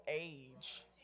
age